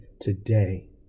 today